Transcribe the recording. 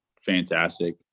fantastic